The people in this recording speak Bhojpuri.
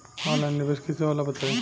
ऑनलाइन निवेस कइसे होला बताईं?